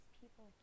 people